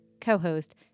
co-host